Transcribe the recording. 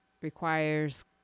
requires